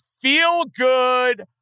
feel-good